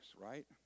right